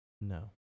no